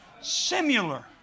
similar